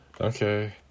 Okay